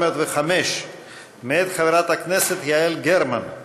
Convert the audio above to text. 405 מאת חברת הכנסת יעל גרמן.